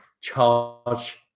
charge